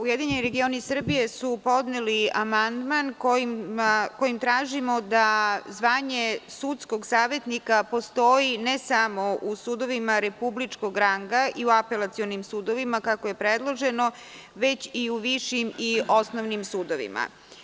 Ujedinjeni regioni Srbije su podneli amandman kojim tražimo da zvanje sudskog savetnika postoji, ne samo u sudovima republičkog ranga i u apelacionim sudovima, kako je predloženo, već i u višim i osnovnim sudovima.